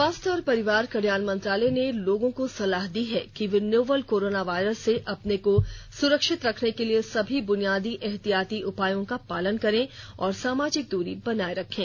स्वास्थ्य और परिवार कल्याण मंत्रालय ने लोगों को सलाह दी है कि वे नोवल कोरोना वायरस से अपने को सुरक्षित रखने के लिए सभी बुनियादी एहतियाती उपायों का पालन करें और सामाजिक दुरी बनाए रखें